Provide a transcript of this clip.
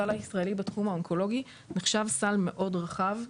הסל הישראלי בתחום האונקולוגי נחשב סל מאוד רחב,